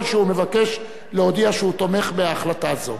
שהוא מבקש להודיע שהוא תומך בהחלטה זו.